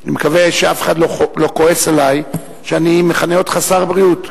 אני מקווה שאף אחד לא כועס עלי שאני מכנה אותך שר הבריאות,